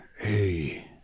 Hey